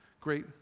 great